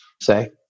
say